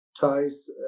ties